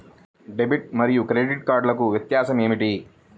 Debit మరియు credit కార్డ్లకు వ్యత్యాసమేమిటీ?